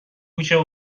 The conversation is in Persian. کوچه